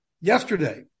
yesterday